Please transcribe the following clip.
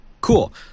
Cool